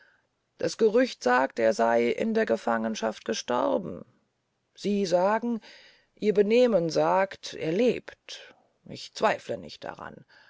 das gerücht sagt er sey in der gefangenschaft gestorben sie sagen ihr benehmen sagt er lebt ich zweifle nicht daran